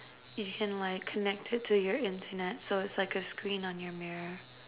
you can like connect it to your internet so it's like a screen on your mirror